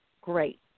Great